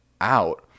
out